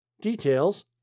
Details